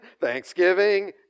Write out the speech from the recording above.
Thanksgiving